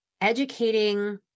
educating